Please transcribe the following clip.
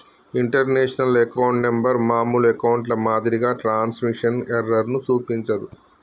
international account number మామూలు అకౌంట్లో మాదిరిగా ట్రాన్స్మిషన్ ఎర్రర్ ను చూపించదు